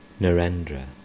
Narendra